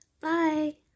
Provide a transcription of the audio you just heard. bye